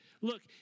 Look